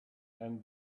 and